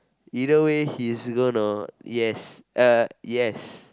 either way he's gonna yes yes